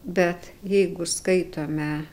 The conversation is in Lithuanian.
bet jeigu skaitome